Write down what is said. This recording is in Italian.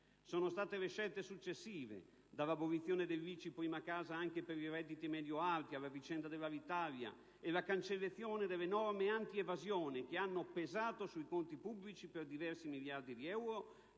Sono state le scelte successive, dall'abolizione dell'ICI sulla prima casa anche per i redditi medio-alti alla vicenda Alitalia e alla cancellazione delle norme antievasione, che hanno pesato sui conti pubblici per diversi miliardi di euro,